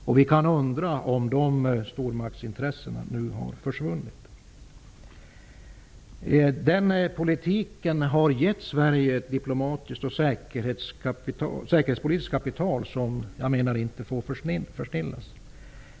Man kan ju nu undra om dessa stormaktsintressen försvunnit. Vår politik har gett Sverige ett diplomatiskt och säkerhetspolitiskt kapital som inte får försnillas.